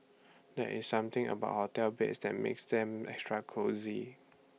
there's something about hotel beds that makes them extra cosy